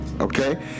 Okay